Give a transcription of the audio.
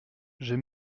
j’ai